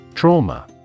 Trauma